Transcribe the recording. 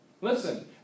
listen